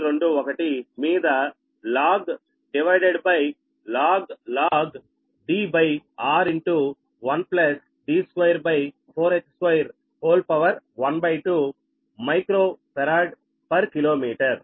0121 మీద log divided by log Dr1D24h212మైక్రో farad per kilometre